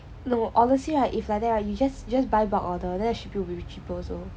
no honestly right if like that you just just buy bulk order then shipping should be cheaper also